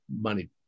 money